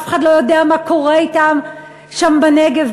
אף אחד לא יודע מה קורה אתם שם בנגב,